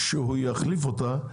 על מנת שהמשטרה תסכים שהוא יחליף אותה,